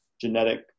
genetic